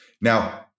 Now